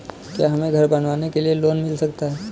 क्या हमें घर बनवाने के लिए लोन मिल सकता है?